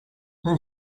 who